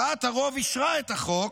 דעת הרוב אישרה את החוק,